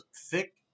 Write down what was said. thick